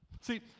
See